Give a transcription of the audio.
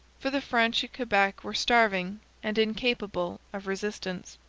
for the french at quebec were starving and incapable of resistance.